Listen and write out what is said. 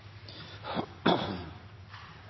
ha